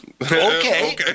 Okay